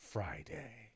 Friday